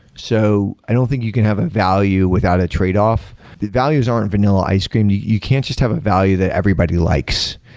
so i don't think you can have a value without a trade-off. values aren't vanilla ice cream you. you can't just have a value that everybody likes.